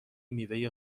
میوه